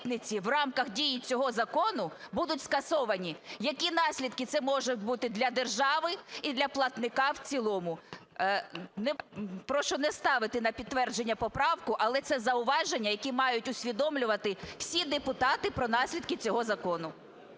в рамках дії цього закону будуть скасовані, які наслідки це можуть бути для держави і для платника в цілому. Прошу не ставити на підтвердження поправку, але це зауваження, яке мають усвідомлювати всі депутати про наслідки цього закону.